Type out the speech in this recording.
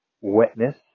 wetness